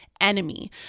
enemy